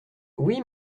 oui